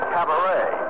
Cabaret